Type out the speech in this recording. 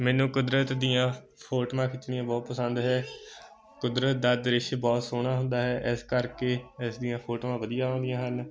ਮੈਨੂੰ ਕੁਦਰਤ ਦੀਆਂ ਫੋਟੋਆਂ ਖਿੱਚਣੀਆਂ ਬਹੁਤ ਪਸੰਦ ਹੈ ਕੁਦਰਤ ਦਾ ਦ੍ਰਿਸ਼ ਬਹੁਤ ਸੋਹਣਾ ਹੁੰਦਾ ਹੈ ਇਸ ਕਰਕੇ ਇਸ ਦੀਆਂ ਫੋਟੋਆਂ ਵਧੀਆ ਆਉਂਦੀਆਂ ਹਨ